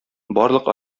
барлык